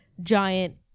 giant